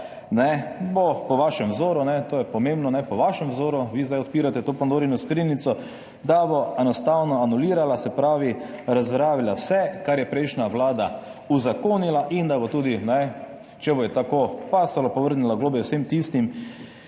bo po vašem vzoru – to je pomembno, po vašem vzoru, vi zdaj odpirate to Pandorino skrinjico – enostavno anulirala, se pravi razveljavila vse, kar je prejšnja vlada uzakonila, in bo tudi, če ji bo tako ustrezalo, povrnila globe vsem tistim,